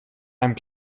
einem